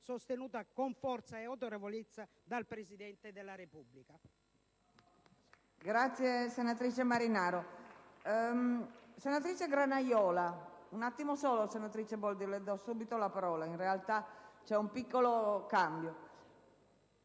sostenuta con forza e autorevolezza dal Presidente della Repubblica.